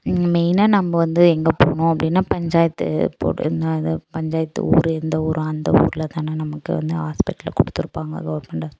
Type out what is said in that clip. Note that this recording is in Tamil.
மெயினாக நம்ப வந்து எங்கே போகணும் அப்படின்னா பஞ்சாயத்து போட்ருந்தால் அது பஞ்சாயத்து ஊர் எந்த ஊரோ அந்த ஊரில் தானே நமக்கு வந்து ஹாஸ்பிட்டலு கொடுத்துருப்பாங்க கவர்மெண்ட் ஹாஸ்பிட்டல்